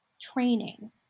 training